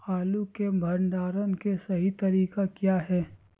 आलू के भंडारण के सही तरीका क्या है?